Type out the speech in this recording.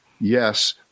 yes –